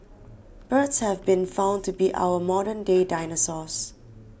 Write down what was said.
birds have been found to be our modern day dinosaurs